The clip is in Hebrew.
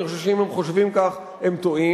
אני חושב שאם הם חושבים כך הם טועים,